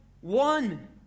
one